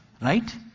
right